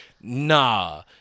Nah